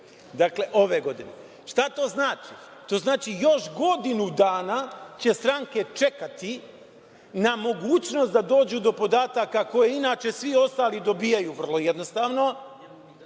dakle ove godine. Šta to znači? To znači još godinu dana će stranke čekati na mogućnost da dođu do podataka, koje inače svi ostali dobijaju vrlo jednostavno,